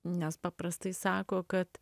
nes paprastai sako kad